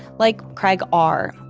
like craig r.